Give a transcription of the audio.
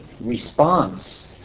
response